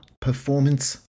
Performance